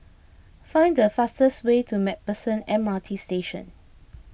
find the fastest way to MacPherson M R T Station